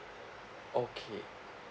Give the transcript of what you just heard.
okay